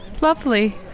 Lovely